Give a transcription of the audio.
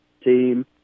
team